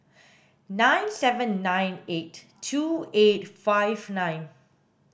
nine seven nine eight two eight five nine